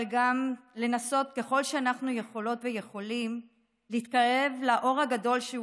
אבל גם לנסות ככל שאנחנו יכולות ויכולים להתקרב לאור הגדול שהוא